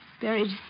buried